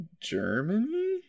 Germany